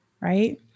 Right